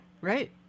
right